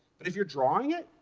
but if you're drawing it,